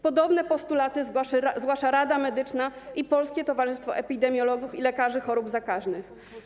Podobne postulaty zgłasza Rada Medyczna i Polskie Towarzystwo Epidemiologów i Lekarzy Chorób Zakaźnych.